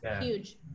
huge